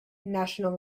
national